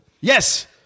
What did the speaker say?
Yes